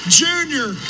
junior